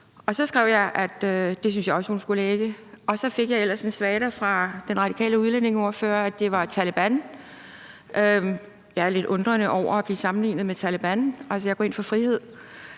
Og så skrev jeg, at det syntes jeg også hun skulle lægge. Og så fik jeg ellers en svada fra den radikale udlændingeordfører om, at det var Taleban. Jeg står lidt undrende over for at blive sammenlignet med Taleban, altså jeg går ind for frihed,